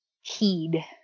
heed